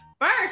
First